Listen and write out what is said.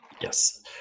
Yes